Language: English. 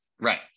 Right